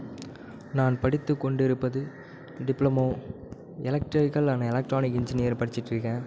நான் படித்து கொண்டிருப்பது diploma electrical and electronic engineer படிச்சுட்டு இருக்கேன்